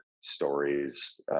stories